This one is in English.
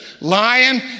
lying